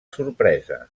sorpresa